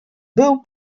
był